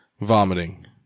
Vomiting